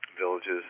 villages